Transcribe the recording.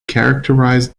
characterized